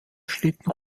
schlitten